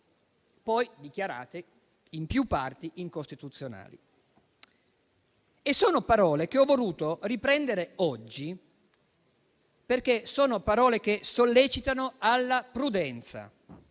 poi dichiarati in più parti incostituzionali. Sono parole che ho voluto riprendere oggi, perché sollecitano alla prudenza,